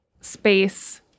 space